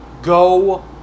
Go